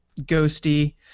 Ghosty